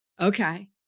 Okay